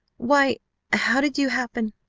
why how did you happen?